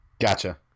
Gotcha